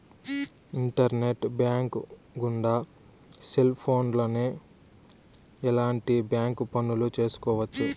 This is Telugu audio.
ఇంటర్నెట్ బ్యాంకు గుండా సెల్ ఫోన్లోనే ఎలాంటి బ్యాంక్ పనులు చేసుకోవచ్చు